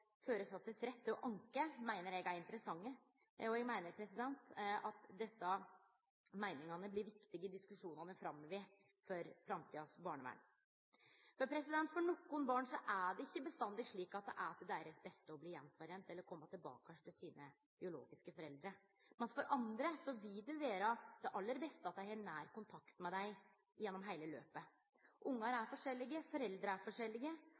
er rett at det biologiske prinsippet må vike. Barnevernpanelet sine synspunkt rundt tidsavgrensing og føresette sin rett til å anke er interessante, og desse meiningane blir viktige i diskusjonane framover om framtidas barnevern. For nokre barn er det ikkje bestandig slik at det er til deira beste å kome tilbake til dei biologiske foreldra sine, mens for andre vil det vere det aller beste at dei har nær kontakt med dei gjennom heile løpet. Ungar